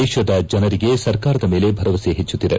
ದೇಶದ ಜನರಿಗೆ ಸರ್ಕಾರದ ಮೇಲೆ ಭರವಸೆ ಹೆಚ್ಚುತ್ತಿದೆ